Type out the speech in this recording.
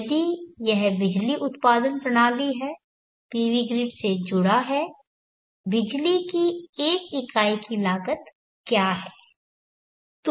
यदि यह बिजली उत्पादन प्रणाली है PV ग्रिड से जुड़ा है बिजली की 1 इकाई की लागत क्या है